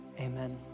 Amen